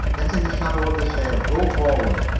get in the shadow of the sail. go forward,